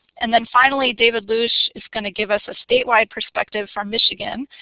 and then finally david lusch is gonna give us a statewide perspective from michigan,